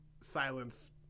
silence